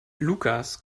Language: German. lukas